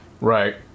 Right